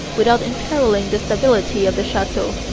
without imperilling the stability of the chateau.